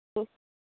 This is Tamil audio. ம்